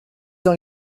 dans